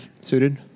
suited